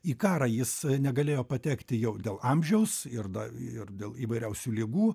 į karą jis negalėjo patekti jau dėl amžiaus ir dar ir dėl įvairiausių ligų